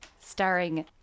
starring